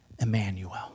Emmanuel